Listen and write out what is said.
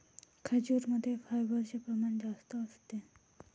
खजूरमध्ये फायबरचे प्रमाण जास्त असते